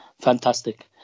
fantastic